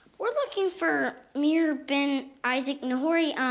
we're looking for meir ben isaac nehorai.